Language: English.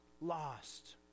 lost